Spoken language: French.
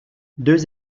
deux